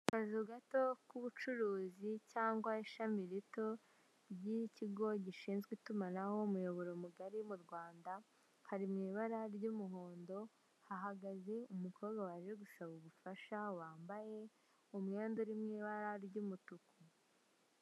Akazu gato k'ubucuruzi cyangwa ishami rito ry'ikigo gishinzwe itumanaho umuyoboro mu gari mu Rwanda kari mu ibara ry'umuhondo hahagaze umukobwa waje gusaba ubufasha wambaye umwenda uri mu ibara ry'umutuku.